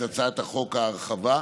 עד להצעת החוק הרחבה,